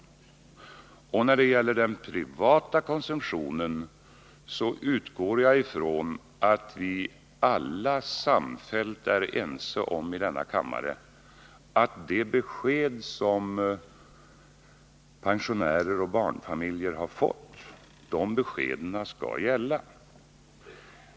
När det gäller den privata konsumtionen utgår jag från att vi alla i denna kammare är ense om att det besked som pensionärer och barnfamiljer har fått skall gälla.